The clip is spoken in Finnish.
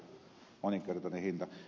mutta ed